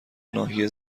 ناحیه